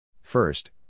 First